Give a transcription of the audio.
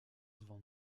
van